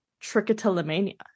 trichotillomania